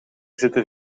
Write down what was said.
zitten